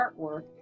artwork